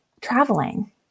traveling